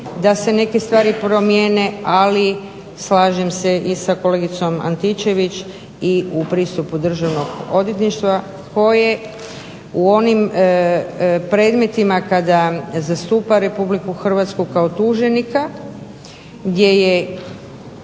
da se neke stvari promjene. Ali slažem se i sa kolegicom Antičević i u pristup Državno odvjetništva koje u onim predmetima kada zastupa RH kao tuženika gdje je